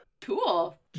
Cool